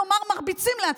נאמר, מרביצים לעצמכם,